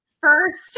first